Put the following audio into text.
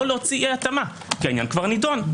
להוציא אי התאמה כי העניין כבר נדון.